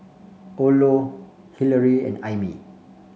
Orlo Hillery and Aimee